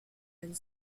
and